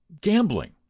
gambling